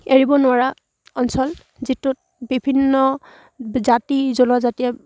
এৰিব নোৱাৰা অঞ্চল যিটোত বিভিন্ন জাতি জনজাতিয়ে